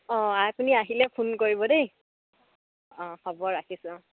অঁ আপুনি আহিলে ফোন কৰিব দেই অঁ হ'ব ৰাখিছোঁ অঁ